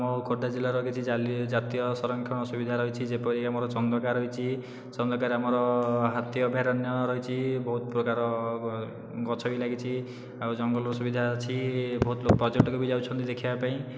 ଆମ ଖୋର୍ଦ୍ଧା ଜିଲ୍ଲାର କିଛି ଜାଲି ଜାତୀୟ ସରଂକ୍ଷଣ ସୁବିଧା ରହିଛି ଯେପରିକି ଆମର ଚନ୍ଦକା ରହିଛି ଚନ୍ଦକାରେ ଆମର ହାତୀ ଅଭୟାରଣ୍ୟ ରହିଛି ବହୁତ ପ୍ରକାର ଗଛ ବି ଲାଗିଛି ଆଉ ଜଙ୍ଗଲର ସୁବିଧା ଅଛି ବହୁତ ପର୍ଯ୍ୟଟକ ବି ଯାଉଛନ୍ତି ଦେଖିବା ପାଇଁ